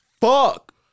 Fuck